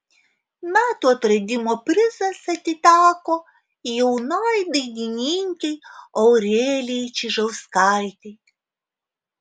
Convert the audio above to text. metų atradimo prizas atiteko jaunai dainininkei aurelijai čižauskaitei